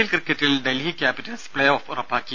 L ക്രിക്കറ്റിൽ Delhi Capitals play off ഉറപ്പാക്കി